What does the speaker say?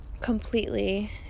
completely